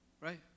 Right